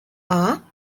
are